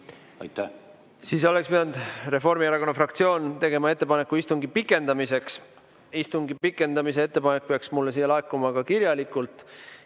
Siis oleks pidanud Reformierakonna fraktsioon tegema ettepaneku istungi pikendamiseks. Istungi pikendamise ettepanek peaks mulle siia laekuma ka kirjalikult.